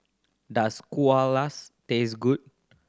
does taste good